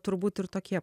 turbūt ir tokie